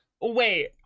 Wait